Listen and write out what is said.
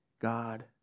God